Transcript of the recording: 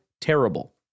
terrible